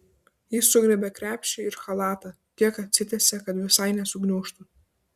ji sugriebia krepšį ir chalatą kiek atsitiesia kad visai nesugniužtų